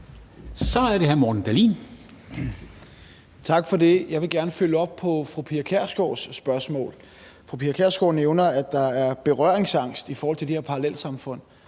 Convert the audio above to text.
Kl. 13:14 Morten Dahlin (V): Tak for det. Jeg vil gerne følge op på fru Pia Kjærsgaards spørgsmål. Fru Pia Kjærsgaard nævner, at der er berøringsangst i forhold til de her parallelsamfund,